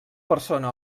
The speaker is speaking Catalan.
persona